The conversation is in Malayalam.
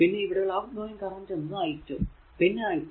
പിന്നെ ഇവിടെ ഉള്ള ഔട്ട്ഗോയിംഗ് കറന്റ് എന്നത് i 2 പിന്നെ i 3